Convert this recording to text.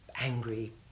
angry